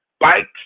Bikes